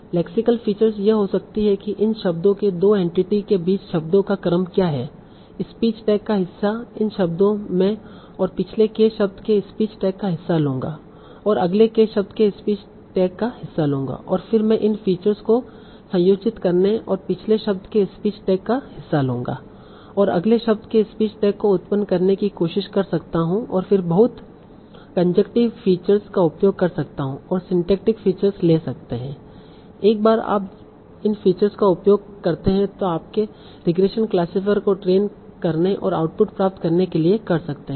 lexical features यह हो सकती हैं कि इन शब्दों के 2 एंटिटी के बीच शब्दों का क्रम क्या है स्पीच टैग का हिस्सा इन शब्दों में और पिछले k शब्द के स्पीच टैग का हिस्सा लूंगा और अगले k शब्द के स्पीच टैग का हिस्सा लूँगा और फिर मैं इन फीचर्स को संयोजित करने और पिछले शब्द के स्पीच टैग का हिस्सा लूंगा और अगले शब्द के स्पीच टैग को उत्पन्न करने की कोशिश कर सकता हूं और फिर बहुत कोनजक्टिव फीचर्स का उपयोग कर सकता हूं और सिंटैक्टिक फीचर्स ले सकते है एक बार आप इन फीचर्स का उपयोग करते हैं तो आपके रिग्रेशन क्लासिफायर को ट्रेन करने और आउटपुट प्राप्त करने के लिए कर सकते है